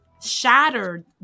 shattered